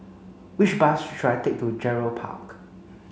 which bus should I take to Gerald Park